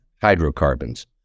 hydrocarbons